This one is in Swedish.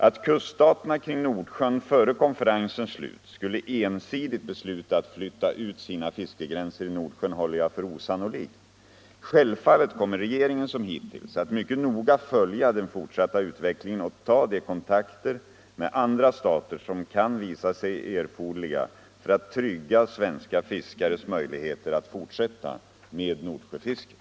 Att kuststaterna kring Nordsjön före konferensens slut skulle ensidigt besluta att flytta ut sina fiskegränser i Nordsjön håller jag för osannolikt. Självfallet kommer regeringen som hittills att mycket noga följa den fortsatta utvecklingen och ta de kontakter med andra stater som kan visa sig erforderliga för att trygga svenska fiskares möjligheter att fortsätta med Nordsjöfisket.